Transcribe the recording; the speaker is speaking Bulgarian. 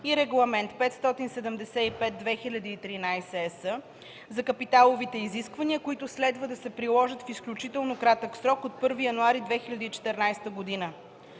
и Регламент 575/2013/ЕС за капиталовите изисквания, които следва да се приложат в изключително кратък срок – от 1 януари 2014 г.